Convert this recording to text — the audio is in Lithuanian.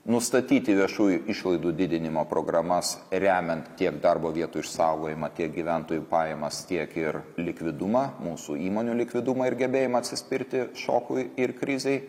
nustatyti viešųjų išlaidų didinimo programas remiant tiek darbo vietų išsaugojimą tiek gyventojų pajamas tiek ir likvidumą mūsų įmonių likvidumą ir gebėjimą atsispirti šokui ir krizei